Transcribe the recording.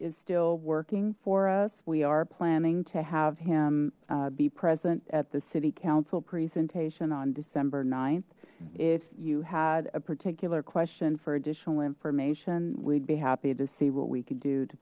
is still working for us we are planning to have him be present at the city council presentation on december th if you had a particular question for additional information we'd be happy to see what we could do to